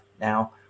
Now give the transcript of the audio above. now